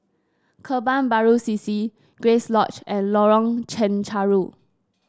Kebun Baru C C Grace Lodge and Lorong Chencharu